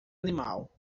animal